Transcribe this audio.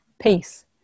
peace